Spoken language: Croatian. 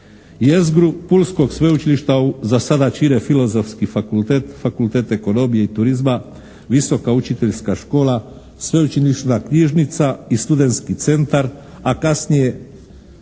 Jezgru pulskog sveučilišta za sada čine Filozofski fakultet, Fakultet ekonomije i turizma, Visoka učiteljska škola, Sveučilišna knjižnica i Studentski centar a kasnije